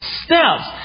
steps